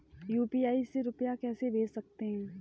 UPI से रुपया कैसे भेज सकते हैं?